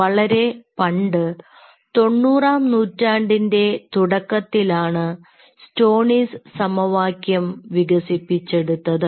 വളരെ പണ്ട് തൊണ്ണൂറാം നൂറ്റാണ്ടിൻറെ തുടക്കത്തിലാണ് സ്റ്റോണിസ് സമവാക്യം വികസിപ്പിച്ചെടുത്തത്